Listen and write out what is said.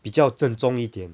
比较正宗一点